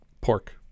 pork